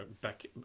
back